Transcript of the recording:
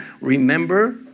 Remember